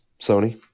sony